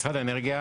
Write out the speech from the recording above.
משרד האנרגיה